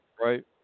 Right